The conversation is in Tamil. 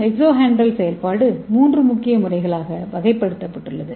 எக்ஸோஹெட்ரல் செயல்பாட்டு மூன்று முக்கிய முறைகளாக வகைப்படுத்தப்பட்டுள்ளது